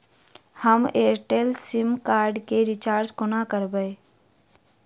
हम Airtel sim card केँ recharge कोना करबै?